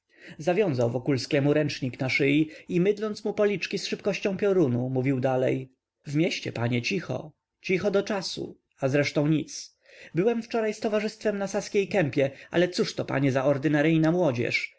krawców zawiązał wokulskiemu ręcznik na szyi i mydląc mu policzki z szybkością piorunu mówił dalej w mieście panie cicho do czasu a zresztą nic byłem wczoraj z towarzystwem na saskiej kępie ale cóż to panie za ordynaryjna młodzież